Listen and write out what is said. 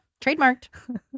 trademarked